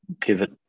pivot